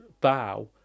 bow